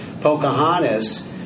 Pocahontas